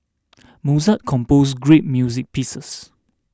Mozart composed great music pieces